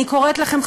אני קוראת לכם,